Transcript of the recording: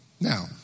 Now